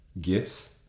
gifts